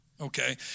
Okay